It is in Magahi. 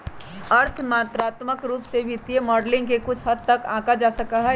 अर्थ मात्रात्मक रूप से वित्तीय मॉडलिंग के कुछ हद तक आंका जा सका हई